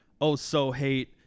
oh-so-hate